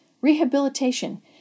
rehabilitation